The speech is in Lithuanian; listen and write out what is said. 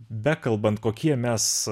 bekalbant kokie mes